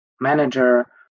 manager